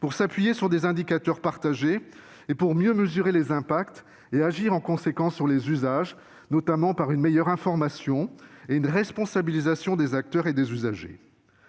pour s'appuyer sur des indicateurs partagés, pour mieux mesurer les impacts et agir en conséquence sur les usages, notamment par une meilleure information et une responsabilisation des acteurs et des usagers.